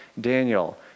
Daniel